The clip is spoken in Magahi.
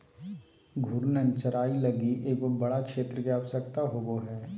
घूर्णन चराई लगी एगो बड़ा क्षेत्र के आवश्यकता होवो हइ